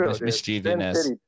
mischievousness